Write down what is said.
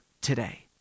today